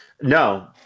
No